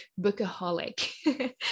bookaholic